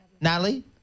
Natalie